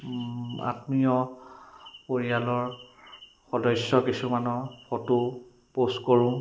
আত্মীয় পৰিয়ালৰ সদস্য কিছুমানৰ ফটো প'ষ্ট কৰোঁ